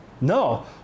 No